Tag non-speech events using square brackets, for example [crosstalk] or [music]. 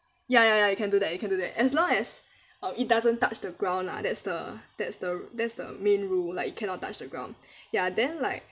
ya ya ya you can do that you can do that as long as um it doesn't touch the ground lah that's the that's the that's the main rule like it cannot touch the ground [breath] ya then like